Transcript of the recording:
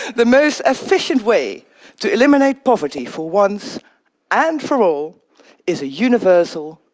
the most efficient way to eliminate poverty for once and for all is a universal,